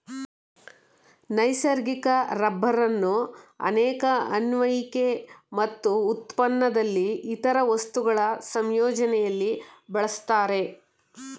ನೈಸರ್ಗಿಕ ರಬ್ಬರನ್ನು ಅನೇಕ ಅನ್ವಯಿಕೆ ಮತ್ತು ಉತ್ಪನ್ನದಲ್ಲಿ ಇತರ ವಸ್ತುಗಳ ಸಂಯೋಜನೆಲಿ ಬಳಸ್ತಾರೆ